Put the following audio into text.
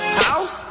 house